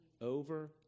over